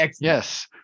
Yes